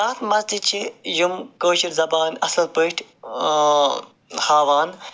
اَتھ منٛز تہِ چھِ یِم کٲشٕر زبان اَصٕل پٲٹھۍ ہاوان